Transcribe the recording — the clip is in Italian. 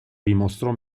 dimostrò